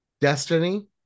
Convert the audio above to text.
destiny